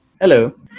Hello